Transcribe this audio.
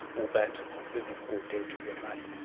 all that of living or dead remain.